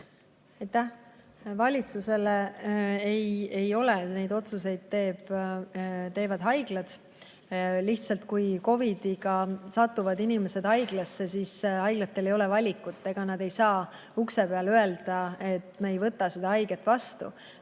Valitsusele ei ole. Neid otsuseid teevad haiglad. Lihtsalt, kui COVID‑iga satuvad inimesed haiglasse, siis haiglatel ei ole valikut. Nad ei saa ukse peal öelda, et me ei võta seda haiget vastu.